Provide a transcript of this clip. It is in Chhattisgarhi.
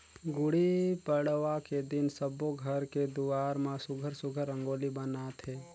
गुड़ी पड़वा के दिन सब्बो घर के दुवार म सुग्घर सुघ्घर रंगोली बनाथे